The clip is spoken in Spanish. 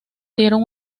dieron